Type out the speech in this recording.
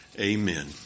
Amen